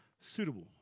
suitable